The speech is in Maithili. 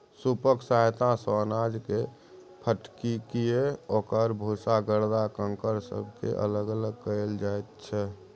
सूपक सहायता सँ अनाजकेँ फटकिकए ओकर भूसा गरदा कंकड़ सबके अलग कएल जाइत छै